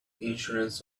insurance